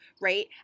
right